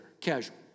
Casual